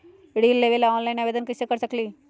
ऋण लेवे ला ऑनलाइन से आवेदन कर सकली?